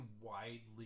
widely